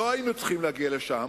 לא היינו צריכים להגיע לשם,